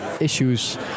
issues